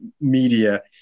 media